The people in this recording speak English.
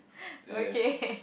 okay